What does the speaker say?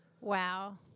Wow